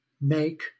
make